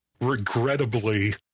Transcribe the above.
regrettably